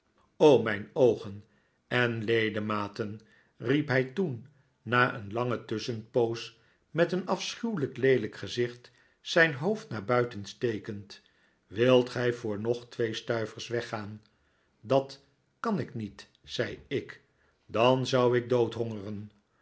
mijn oogen en ledematen riep hij toen na een lange tusschenpoos met een afschuwelijk leelijk gezicht zijn hoofd naar buiten stekend wilt gij voor nog twee stuivers weggaan dat kan ik niet zei ik dan zou ik